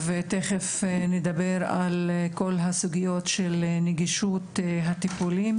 ותכף נדבר על כל הסוגיות של נגישות הטיפולים